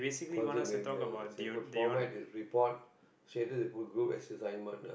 concept behaviour the format is report shaded is put as assignment ah